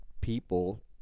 people